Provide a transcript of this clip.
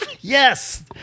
Yes